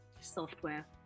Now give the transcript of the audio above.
Software